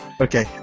Okay